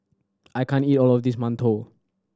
I can't eat all of this mantou